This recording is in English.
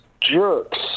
jerks